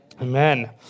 Amen